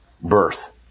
birth